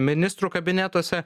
ministrų kabinetuose